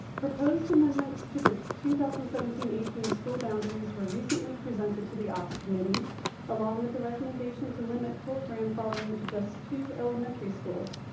proposed amendments to the two thousand and seventeen eighteen school boundaries were recently presented to the ops committee along with the recommendation to limit full grandfathering to just two elementary schools.